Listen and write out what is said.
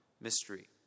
mystery